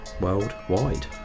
worldwide